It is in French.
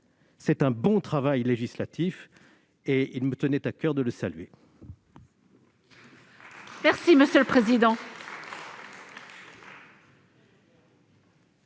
C'est un bon travail législatif ; il me tenait à coeur de le saluer